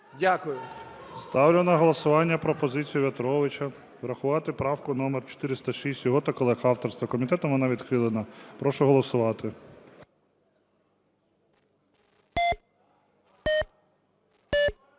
Ставлю на голосування пропозицію В'ятровича врахувати правку номер 406, його та колег авторства. Комітетом вона відхилена. Прошу голосувати.